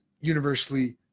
universally